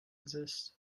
exist